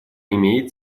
имеет